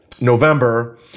November